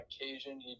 occasion